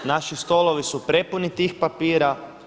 Naši stolovi su prepuni tih papira.